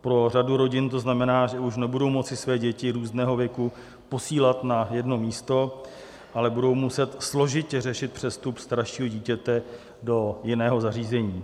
Pro řadu rodin to znamená, že už nebudou moci své děti různého věku posílat na jedno místo, ale budou muset složitě řešit přestup staršího dítěte do jiného zařízení.